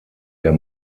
der